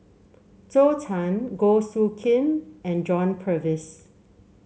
Zhou Can Goh Soo Khim and John Purvis